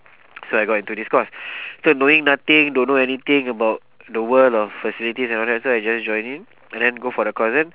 so I got into this course so knowing nothing don't know anything about the world of facilities and all that so I just join in lor and then go for the course then